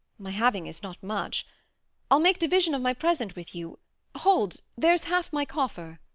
my having is not much i ll make division of my present with you hold, there s half my coffer.